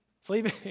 Sleeping